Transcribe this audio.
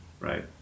right